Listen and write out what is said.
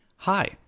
Hi